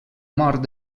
mort